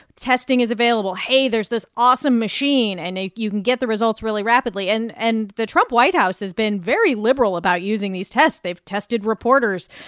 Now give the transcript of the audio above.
testing is available. hey, there's this awesome machine, and you can get the results really rapidly. and and the trump white house has been very liberal about using these tests. they've tested reporters.